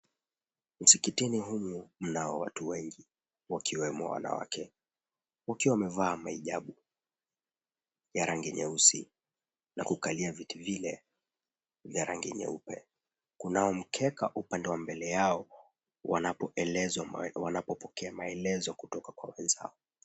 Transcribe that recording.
Msikitini humu mna watu wengi wakiwemo wanawake wakiwa wamevaa mahijabu ya rangi nyeusi, na kukalia vitu vile vya rangi nyeupe. Kunao mkeka upande wa mbele yao wanapoelezwa, wanapopokea maelezo, kutoka kwa wenzao.